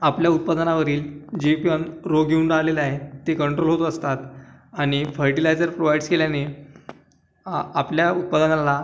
आपल्या उत्पादनावरील जे प्लन रोग येऊन राहिलेला आहे ते कंट्रोल होत असतात आणि फर्टिलायजर प्रोवाईडस् केल्याने अ आपल्या उत्पादनाला